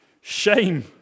shame